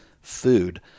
food